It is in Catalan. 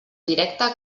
directe